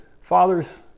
fathers